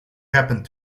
happened